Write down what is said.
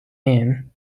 main